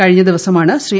കഴിഞ്ഞ ദിവമാണ് ശ്രീ